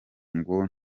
ngo